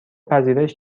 پذیرش